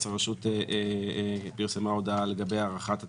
הרשות פרסמה הודעה לגבי הארכת התקופה,